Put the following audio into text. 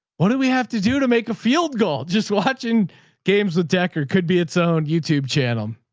what did we have to do to make a field goal? just watching games with decker could be its own youtube channel.